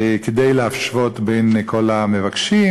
כדי להשוות את כל המבקשים,